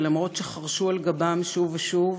ולמרות שחרשו על גבם שוב ושוב,